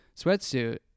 sweatsuit